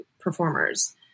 performers